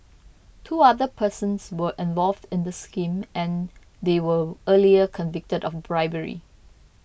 two other persons were involved in the scheme and they were earlier convicted of bribery